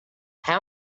how